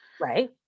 right